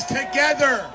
together